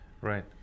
Right